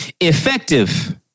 Effective